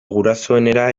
gurasoenera